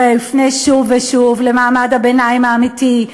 הרי הוא יפנה שוב ושוב למעמד הביניים האמיתי,